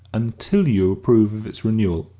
until you approve of its renewal,